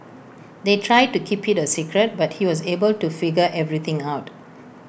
they tried to keep IT A secret but he was able to figure everything out